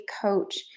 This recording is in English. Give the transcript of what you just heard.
coach